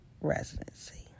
residency